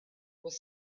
was